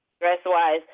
dress-wise